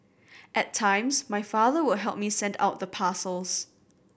at times my father would help me send out the parcels